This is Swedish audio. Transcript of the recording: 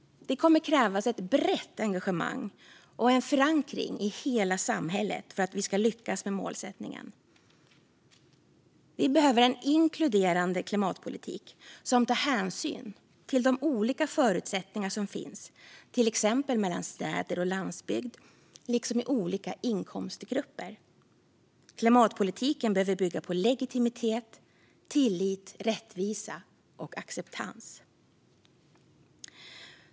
Det kommer att krävas ett brett engagemang och en förankring i hela samhället för att vi ska lyckas med målsättningen. Vi behöver en inkluderande klimatpolitik som tar hänsyn till de olika förutsättningar som finns, till exempel mellan städer och landsbygd liksom i olika inkomstgrupper. Klimatpolitiken behöver bygga på legitimitet, tillit, rättvisa och acceptans.